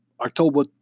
October